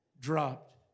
dropped